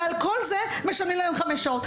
ועל כל זה משלמים להן חמש שעות.